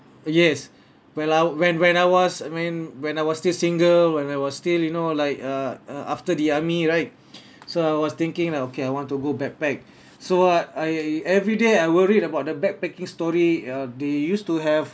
yes well I when when I was I mean when I was still single when I was still you know like uh uh after the army right so I was thinking like okay I want to go backpack so ah everyday I worried about the backpacking story uh they used to have